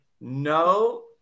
no